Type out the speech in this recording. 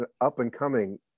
up-and-coming